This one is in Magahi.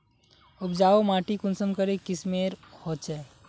उपजाऊ माटी कुंसम करे किस्मेर होचए?